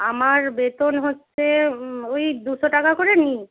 আমার বেতন হচ্ছে ওই দুশো টাকা করে নিই